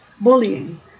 bullying